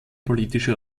politische